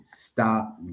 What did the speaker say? stop